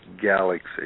galaxy